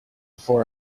for